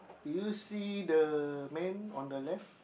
do you see the man on the left